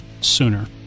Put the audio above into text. sooner